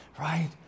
right